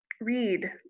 Read